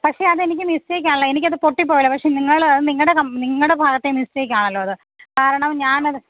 പക്ഷേ അതെനിക്ക് മിസ്റ്റേയ്ക്കാണല്ലോ എനിക്കത് പൊട്ടിപ്പോയതാണ് പക്ഷെ നിങ്ങൾ അതു നിങ്ങളുടെ കം നിങ്ങളുടെ ഭാഗത്തെ മിസ്റ്റേയ്ക്കാണല്ലോ അതു കാരണം ഞാനത്